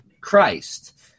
Christ